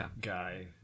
guy